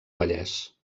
vallès